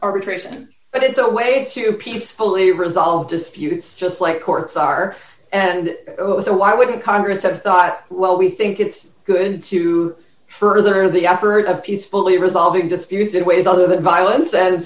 arbitration but it's a way to peacefully resolve disputes just like courts are and so why wouldn't congress have thought well we think it's good to further the effort of peacefully resolving disputes in ways other than violence and